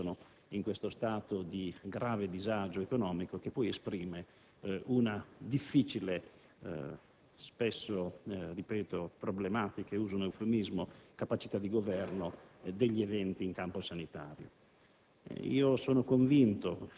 Altre Regioni molto importanti versano nello stesso stato di grave disagio economico, che poi esprime una difficile, spesso problematica - uso un eufemismo - capacità di governo degli eventi in campo sanitario.